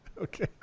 Okay